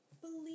believe